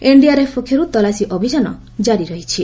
NDRF ପକ୍ଷରୁ ତଲାସୀ ଅଭିଯାନ ଜାରି ରହିଛି